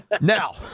Now